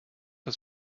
das